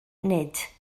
nid